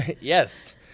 Yes